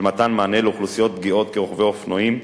של מתן מענה לאוכלוסיות פגיעות כרוכבי אופנועים,